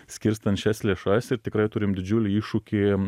skirstant šias lėšas ir tikrai turim didžiulį iššūkį